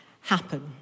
happen